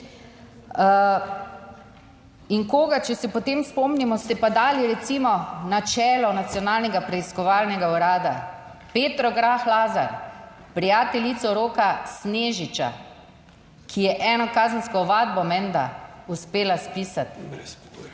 In koga, če se potem spomnimo, ste pa dali recimo na čelo Nacionalnega preiskovalnega urada. Petro Grah Lazar, prijateljico Roka Snežiča, ki je eno kazensko ovadbo menda uspela spisati brez pogojev.